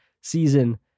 season